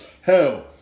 Hell